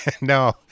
No